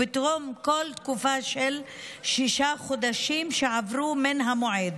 ובתום כל תקופה של שישה חודשים שעברו מן המועד,